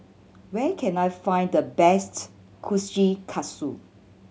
where can I find the best Kushikatsu